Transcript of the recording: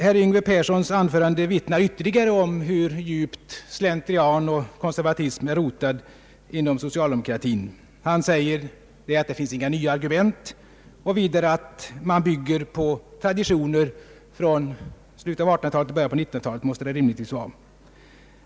Herr Yngve Perssons anförande vittnar ytterligare om hur djupt slentrian och konservatism är rotade inom socialdemokratin. Han säger att det inte finns några nya argument och att man bygger på traditioner från slutet av 1800-talet och början av 1900-talet — så måste det rimligtvis vara.